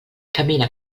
camina